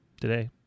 today